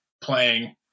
playing